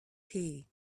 tea